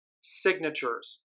signatures